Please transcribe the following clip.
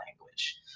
language